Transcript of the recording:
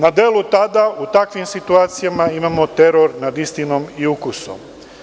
Na delu tada, u takvim situacijama, imamo teror nad istinom i ukusom.